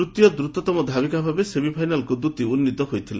ତୃତୀୟ ଦ୍ରୁତତମ ଧାବିକା ଭାବେ ସେମିଫାଇନାଲ୍କୁ ଉନ୍ନିତ ହୋଇଥିଲେ